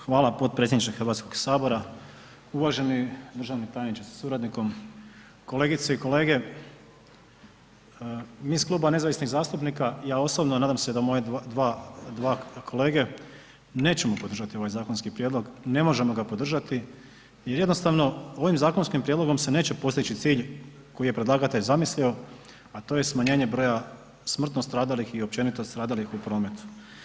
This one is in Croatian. Hvala vam potpredsjedniče HS, uvaženi državni tajniče sa suradnikom, kolegice i kolege, mi iz Kluba nezavisnih zastupnika, ja osobno, nadam se da moja dva kolege, nećemo podržati ovaj zakonski prijedlog, ne možemo ga podržati jer jednostavno ovim zakonskim prijedlogom se neće postići cilj koji je predlagatelj zamislio, a to je smanjenje broja smrtno stradalih i općenito stradalih u prometu.